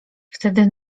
wtedy